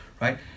right